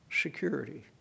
security